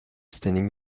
standing